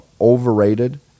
Overrated